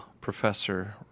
professor